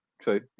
true